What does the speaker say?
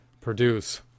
produce